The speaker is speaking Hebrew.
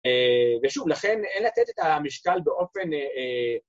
ושוב, לכן אין לתת את המשקל באופן...